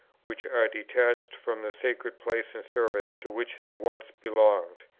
which are detached from the sacred place and service to which they once belonged,